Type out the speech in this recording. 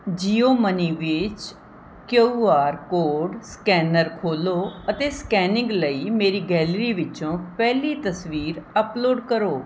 JIO money ਵਿੱਚ Q R code scanner ਖੋਲ੍ਹੋ ਅਤੇ ਸਕੈਨਿੰਗ ਲਈ ਮੇਰੀ ਗੈਲਰੀ ਵਿੱਚੋਂ ਪਹਿਲੀ ਤਸਵੀਰ ਅੱਪਲੋਡ ਕਰੋ